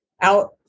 out